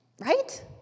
right